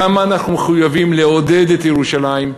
כמה אנחנו מחויבים לעודד את ירושלים?